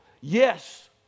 Yes